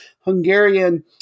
Hungarian